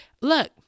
Look